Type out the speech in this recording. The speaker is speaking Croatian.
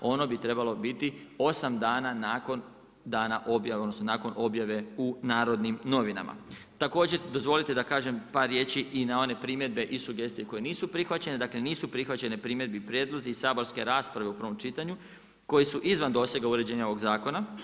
Ono bi trebalo biti 8 dana nakon dana objave, odnosno, nakon objave u N.N. Dozvolite da kažem par riječi i na one primjedbe i sugestije koje nisu prihvaćene, dakle, nisu prihvaćene primjedbi i prijedlozi iz saborske rasprave u prvom čitanju, koje su izvan dosega uređenje ovog zakona.